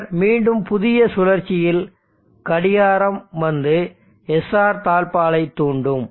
பின்னர் மீண்டும் புதிய சுழற்சியில் கடிகாரம் வந்து SR தாழ்ப்பாளைத் தூண்டும்